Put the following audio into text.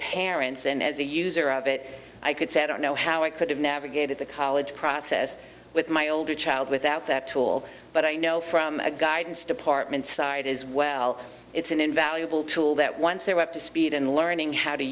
parents and as a user of it i could say i don't know how i could have navigated the college process with my older child without that tool but i know from a guidance department side as well it's an invaluable tool that once they were up to speed and learning how to